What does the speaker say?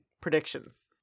predictions